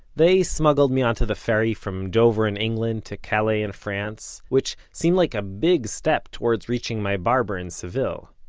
they smuggled my onto the ferry from dover in england to calais in france, which seemed like a big step towards reaching my barber in seville.